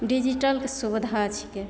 डिजीटलके सुबिधा छिकै